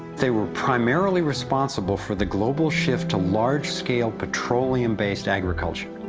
they were primarily responsible for the global shift to large-scale petroleum-based agriculture.